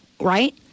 right